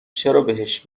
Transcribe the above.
چرابهش